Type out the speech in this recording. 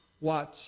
Watch